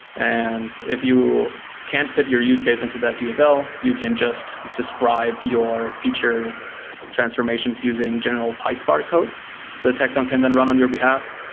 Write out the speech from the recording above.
and if you can't fit your use case into that dsl, you can just describe your feature transformations using general pyspark code that tecton can then run on your behalf,